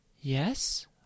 Yes